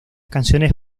canciones